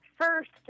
First